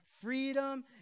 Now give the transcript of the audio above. freedom